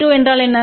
b2என்றால் என்ன